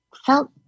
felt